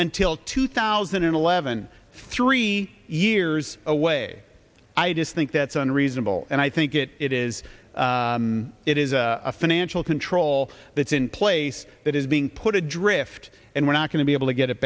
until two thousand and eleven three years away i just think that's unreasonable and i think it it is it is a financial control that's in place that is being put adrift and we're not going to be able to get it